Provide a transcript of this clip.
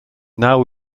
now